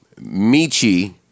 Michi